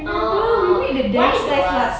oh oh why though ah